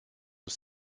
was